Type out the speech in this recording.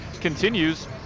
continues